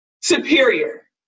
superior